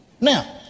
Now